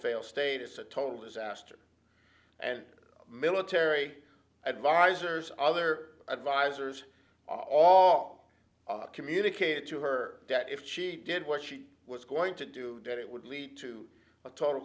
fail status a total disaster and military advisors other advisors all communicated to her that if she did what she was going to do that it would lead to a total